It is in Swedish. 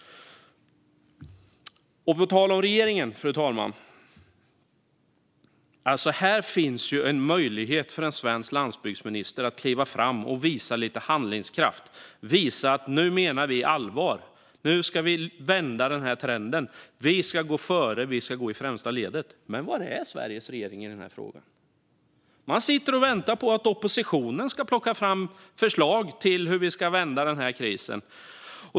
På tal om regeringen, fru talman - här finns ju möjlighet för en svensk landsbygdsminister att kliva fram och visa handlingskraft: Nu menar vi allvar! Nu ska vi vända trenden! Vi ska gå före! Vi ska gå i främsta ledet! Men var är Sveriges regering i den här frågan? Man sitter och väntar på att oppositionen ska plocka fram förslag om hur vi ska vända krisen.